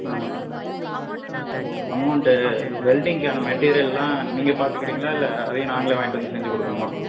amount வெல்டிங்குக்கான மெட்டீரியல்லாம் நீங்கள் பார்த்துக்கிறீங்களா இல்லை அதையும் நாங்கள் வாங்கிட்டு வந்து செஞ்சு கொடுக்கணுமா